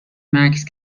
مکث